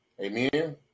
Amen